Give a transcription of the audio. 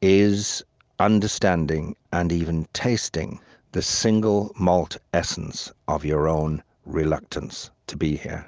is understanding and even tasting the single malt essence of your own reluctance to be here